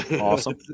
awesome